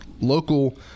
local